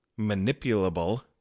manipulable